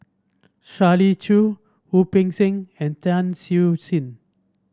Shirley Chew Wu Peng Seng and Tan Siew Sin